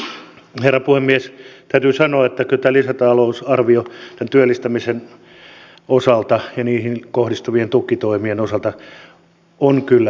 täytyy sanoa että kyllä tämä lisätalousarvio tämän työllistämisen ja siihen kohdistuvien tukitoimien osalta on suuri pettymys